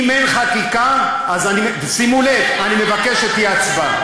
אם אין חקיקה, שימו לב, אני מבקש שתהיה הצבעה.